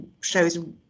shows